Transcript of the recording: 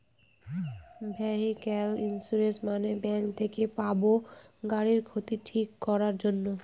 vehicle insurance মানে bank থেকে পাবো গাড়ির ক্ষতি ঠিক করাক জন্যে